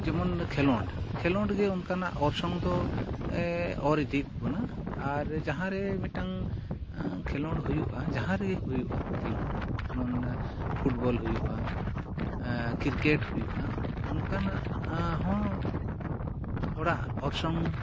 ᱡᱮᱢᱚᱱ ᱠᱷᱮᱞᱳᱰ ᱠᱷᱮᱞᱳᱰᱜᱮ ᱚᱱᱠᱟᱱᱟᱜ ᱚᱨᱥᱚᱝ ᱫᱚ ᱚᱨ ᱤᱫᱤᱭᱮᱫ ᱵᱚᱱᱟ ᱟᱨ ᱡᱟᱦᱟᱨᱮ ᱢᱤᱫᱴᱟᱝ ᱠᱷᱮᱞᱳᱰ ᱦᱩᱭᱩᱜᱼᱟ ᱡᱟᱦᱟᱸ ᱨᱮᱜᱮ ᱦᱩᱭᱩᱜᱼᱟ ᱠᱷᱮᱞᱳᱰ ᱮᱢᱚᱱ ᱯᱷᱩᱴᱵᱚᱞ ᱦᱩᱭᱩᱜᱼᱟ ᱠᱨᱤᱠᱮᱴ ᱦᱩᱭᱩᱜᱼᱟ ᱚᱱᱠᱟᱱᱟᱜ ᱦᱚᱸ ᱦᱚᱲᱟᱜ ᱚᱨᱥᱚᱝ